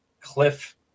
cliff